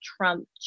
Trump